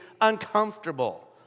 uncomfortable